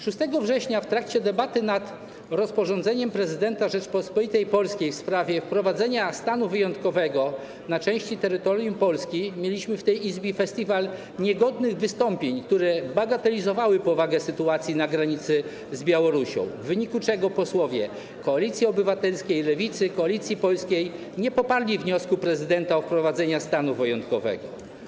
6 września w trakcie debaty nad rozporządzeniem prezydenta Rzeczypospolitej Polskiej w sprawie wprowadzenia stanu wyjątkowego na części terytorium Polski mieliśmy w tej Izbie festiwal niegodnych wystąpień, które bagatelizowały powagę sytuacji na granicy z Białorusią, w wyniku czego posłowie Koalicji Obywatelskiej, Lewicy, Koalicji Polskiej nie poparli wniosku prezydenta o wprowadzenie stanu wyjątkowego.